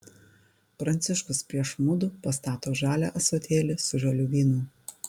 pranciškus prieš mudu pastato žalią ąsotėlį su žaliu vynu